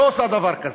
לא עושה דבר כזה.